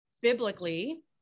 biblically